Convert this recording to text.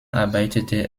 arbeitete